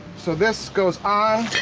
so this goes on.